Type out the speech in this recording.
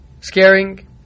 Scaring